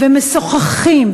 ומשוחחים,